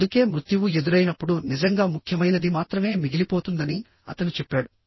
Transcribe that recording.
అందుకే మృత్యువు ఎదురైనప్పుడు నిజంగా ముఖ్యమైనది మాత్రమే మిగిలిపోతుందని అతను చెప్పాడు